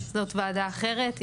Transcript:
זאת ועדה אחרת.